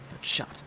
Shut